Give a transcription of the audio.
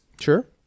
Sure